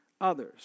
others